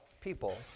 people